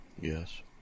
yes